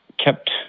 kept